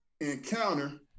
encounter